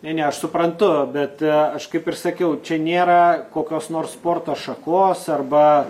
ne ne aš suprantu bet aš kaip ir sakiau čia nėra kokios nors sporto šakos arba